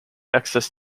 access